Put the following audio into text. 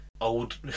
old